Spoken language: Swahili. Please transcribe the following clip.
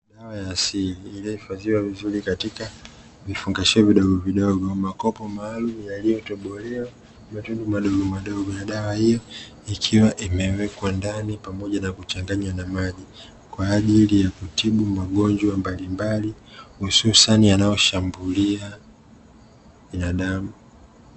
Dawa iliyohifadhiwa vizuri katika vifurushio vidogovidogo, makopo maalumu yaliyotobolewa matundu madogomadogo na dawa hiyo ikiwa imewekwa ndani pamoja na kuchanganywa na maji, kwa ajili ya kutibu magonjwa mbalimbali hususani yanayoshambulia binadamu.